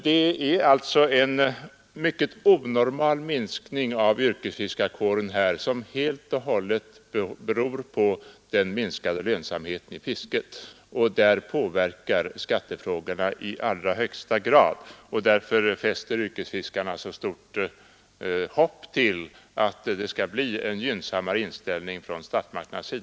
Det är alltså en mycket onormal minskning av yrkesfiskarkåren som helt och hållet beror på den minskade lönsamheten i fisket. Och den påverkas i allra högsta grad av skattefrågorna. Därför sätter yrkesfiskarna stort hopp till att statsmakterna skall visa en gynnsammare inställning.